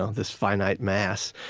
ah this finite mass,